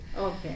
okay